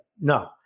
no